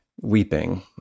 weeping